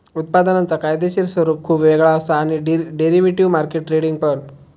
उत्पादनांचा कायदेशीर स्वरूप खुप वेगळा असा आणि डेरिव्हेटिव्ह मार्केट ट्रेडिंग पण